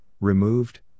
removed